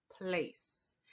place